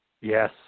Yes